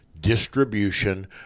distribution